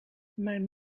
mijn